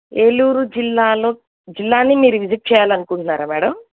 ఏలూరు జిల్లాలో జిల్లాని మీరు విజిట్ చేయాలనుకుంటున్నారా మేడం